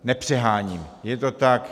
Nepřeháním, je to tak.